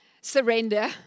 surrender